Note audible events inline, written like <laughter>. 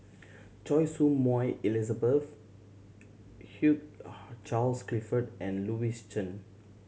Choy Su Moi Elizabeth Hugh <unintelligible> Charles Clifford and Louis Chen